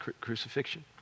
crucifixion